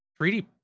3d